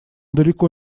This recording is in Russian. далеко